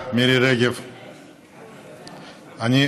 כנסת נכבדה,